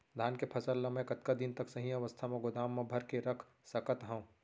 धान के फसल ला मै कतका दिन तक सही अवस्था में गोदाम मा भर के रख सकत हव?